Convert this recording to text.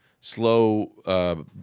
Slow